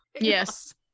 Yes